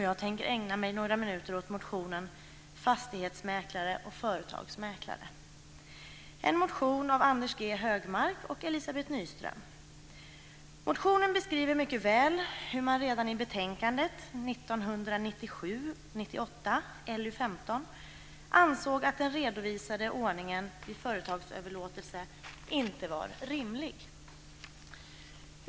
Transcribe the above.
Jag tänker ägna mig några minuter åt motionen Motionen beskriver mycket väl hur man redan i betänkandet 1997/98:LU15 ansåg att den redovisade ordningen vid företagsöverlåtelse inte var rimlig.